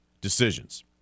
decisions